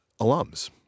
alums